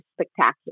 spectacular